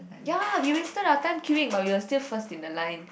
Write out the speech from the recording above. ya we wasted our time queueing but we were still first in the line